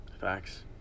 facts